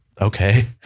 okay